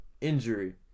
injury